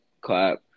clap